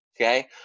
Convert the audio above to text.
Okay